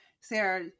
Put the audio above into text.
Sarah